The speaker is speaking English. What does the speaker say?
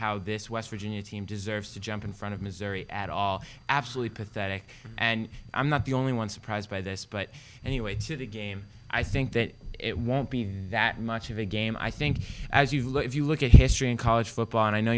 how this west virginia team deserves to jump in front of missouri at all absolutely pathetic and i'm not the only one surprised by this but anyway to the game i think that it won't be that much of a game i think as you look if you look at history in college football and i know